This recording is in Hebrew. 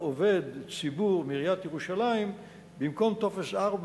עובד ציבור מעיריית ירושלים במקום טופס 4,